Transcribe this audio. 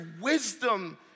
wisdom